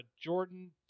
Jordan